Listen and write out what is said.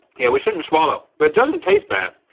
yeah we shouldn't swallow but it doesn't taste bad.